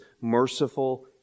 merciful